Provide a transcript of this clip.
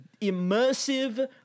immersive